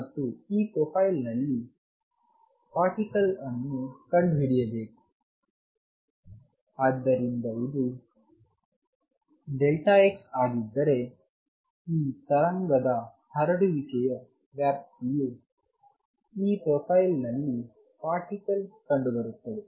ಮತ್ತು ಈ ಪ್ರೊಫೈಲ್ನಲ್ಲಿ ಪಾರ್ಟಿಕಲ್ ಅನ್ನು ಕಂಡುಹಿಡಿಯಬೇಕು ಆದ್ದರಿಂದ ಇದು x ಆಗಿದ್ದರೆ ಈ ತರಂಗದ ಹರಡುವಿಕೆಯ ವ್ಯಾಪ್ತಿಯು ಈ ಪ್ರೊಫೈಲ್ನಲ್ಲಿ ಪಾರ್ಟಿಕಲ್ ಕಂಡುಬರುತ್ತವೆ